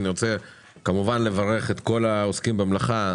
אני רוצה כמובן לברך את כל העוסקים במלאכה,